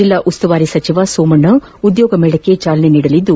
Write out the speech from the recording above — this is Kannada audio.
ಜಲ್ಲಾ ಉಸ್ತುವಾರಿ ಸಚಿವ ಸೋಮಣ್ಣ ಉದ್ಯೋಗ ಮೇಳಕ್ಕೆ ಚಾಲನೆ ನೀಡಲಿದ್ದು